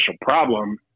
problem